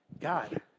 God